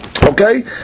Okay